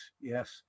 yes